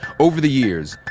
over the years,